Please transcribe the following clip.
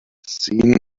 seen